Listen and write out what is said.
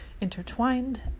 intertwined